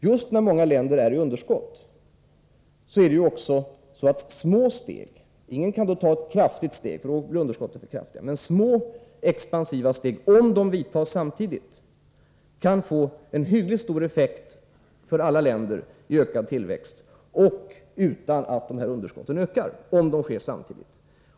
Just när många länder har underskott kan små expansiva steg — ingen kan ju ta ett stort steg, eftersom underskotten då blir för stora — under förutsättning att de tas samtidigt få en hyggligt stor effekt för alla länder i form av ökad tillväxt utan att underskotten växer.